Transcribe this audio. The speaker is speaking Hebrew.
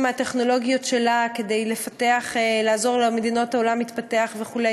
מהטכנולוגיות שלה כדי לעזור למדינות העולם המתפתח וכו'.